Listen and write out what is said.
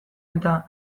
eta